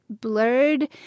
blurred